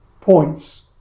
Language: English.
points